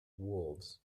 wolves